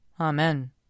Amen